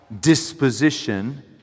disposition